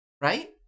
Right